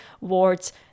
wards